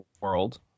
world